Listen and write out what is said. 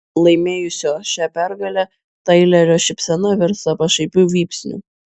laimėjusio šią pergalę tailerio šypsena virsta pašaipiu vypsniu